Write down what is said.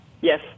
Yes